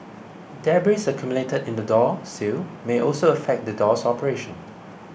debris accumulated in the door sill may also affect the door's operation